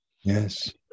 Yes